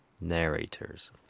narrators